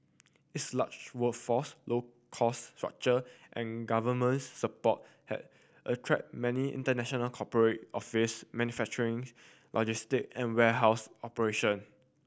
its large workforce low cost structure and government support has attracted many international corporate office manufacturing logistic and warehouse operation